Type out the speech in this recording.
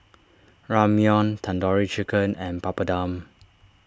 Ramyeon Tandoori Chicken and Papadum